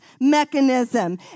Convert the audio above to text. mechanism